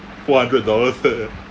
four hundred dollars eh